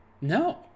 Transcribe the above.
No